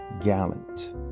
gallant